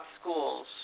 schools